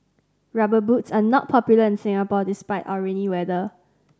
Rubber Boots are not popular in Singapore despite our rainy weather